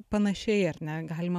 panašiai ar ne galima